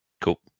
Cool